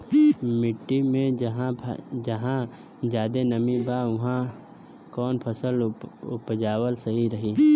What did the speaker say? मिट्टी मे जहा जादे नमी बा उहवा कौन फसल उपजावल सही रही?